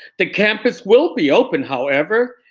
the campus will be open however,